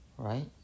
right